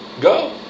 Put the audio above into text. Go